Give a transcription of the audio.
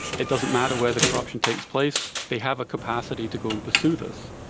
it doesn't matter where the corruption takes place, they have a capacity to go and pursue this.